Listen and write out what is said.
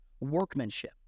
workmanship